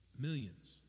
millions